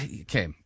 okay